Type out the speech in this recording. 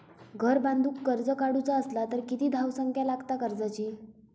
घर बांधूक कर्ज काढूचा असला तर किती धावसंख्या लागता कर्जाची?